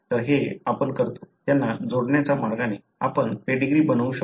तर हे आपण करतो त्यांना जोडण्याच्या मार्गाने आपण पेडीग्री बनवू शकू